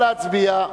נא להצביע.